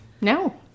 No